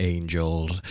Angels